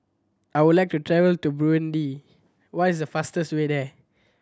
I would like to travel to Burundi what is the fastest way there